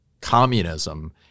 communism